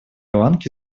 ланки